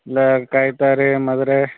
இல்லை கயத்தாறு மதுரை